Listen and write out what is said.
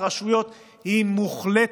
כי בארצות הברית הפרדת הרשויות היא מוחלטת,